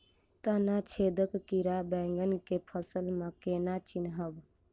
तना छेदक कीड़ा बैंगन केँ फसल म केना चिनहब?